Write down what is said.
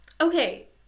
Okay